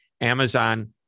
Amazon